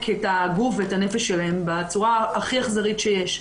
את הגוף ואת הנפש שלהם בצורה הכי אכזרית שיש.